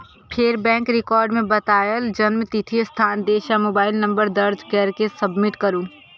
फेर bank record मे बतायल जन्मतिथि, स्थान, देश आ मोबाइल नंबर दर्ज कैर के सबमिट करू